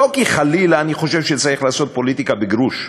לא חלילה כי אני חושב שצריך לעשות פוליטיקה בגרוש,